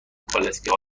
کالسکه